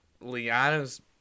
Liana's